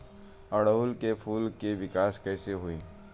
ओड़ुउल के फूल के विकास कैसे होई?